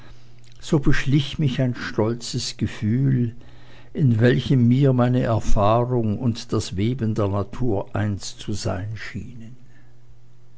so beschlich mich ein stolzes gefühl in welchem mir meine erfahrung und das weben der natur eins zu sein schienen